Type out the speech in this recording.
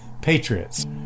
Patriots